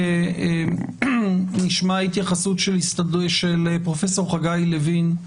אנחנו נשמע התייחסות של פרופ' חגי לוין,